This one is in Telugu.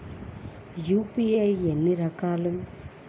యూ.పీ.ఐ ఎన్ని రకాలు?